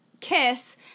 kiss